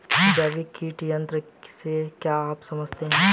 जैविक कीट नियंत्रण से आप क्या समझते हैं?